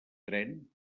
tren